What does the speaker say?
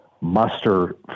muster